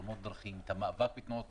תאונות הדרכים והמאבק בתאונות